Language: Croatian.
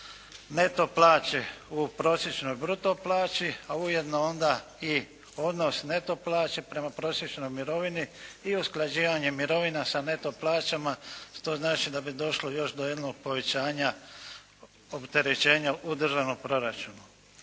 neto plaće u prosječnoj bruto plaći, a ujedno onda i odnos neto plaće prema prosječnoj mirovini i usklađivanjem mirovina sa neto plaćama. Što znači da bi došlo još do jednog povećanja opterećenja u državnom proračunu.